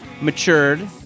matured